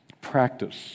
Practice